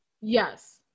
Yes